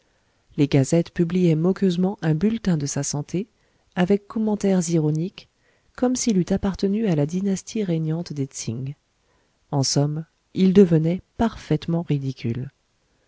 les gazettes publiaient moqueusement un bulletin de sa santé avec commentaires ironiques comme s'il eût appartenu à la dynastie régnante des tsing en somme il devenait parfaitement ridicule